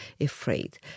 afraid